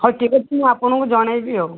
ହଉ ଠିକ୍ ଅଛି ମୁଁ ଆପଣଙ୍କୁ ଜଣାଇବି ଆଉ